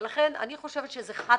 ולכן אני חושבת שזה חד-כיווני.